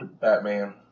Batman